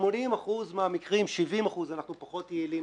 ב-70% מהמקרים אנחנו פחות יעילים